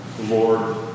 Lord